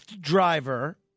driver